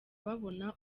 babona